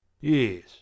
Yes